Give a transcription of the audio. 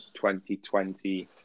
2020